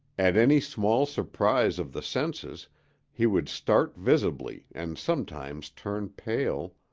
at any small surprise of the senses he would start visibly and sometimes turn pale,